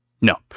No